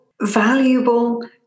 valuable